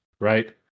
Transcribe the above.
Right